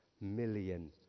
million